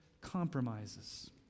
compromises